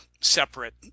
separate